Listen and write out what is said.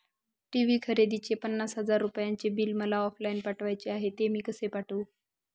TV खरेदीचे पन्नास हजार रुपयांचे बिल मला ऑफलाईन पाठवायचे आहे, ते मी कसे पाठवू?